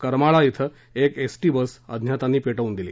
करमाळा श्रें एक ST bus अज्ञातांनी पेटवून दिली